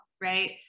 right